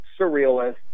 surrealist